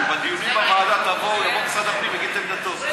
שבדיונים הוועדה יבוא משרד הפנים ויגיד את עמדתו.